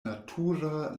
natura